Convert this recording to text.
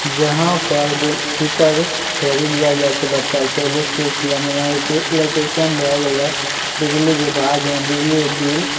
जहाँपर फिटर फेरी लिए जाइ छै बच्चाके इलेक्ट्रीशियन जेना इलेक्ट्रीशिअन भै गेलै बिजली विभाग जेना बिजली बिल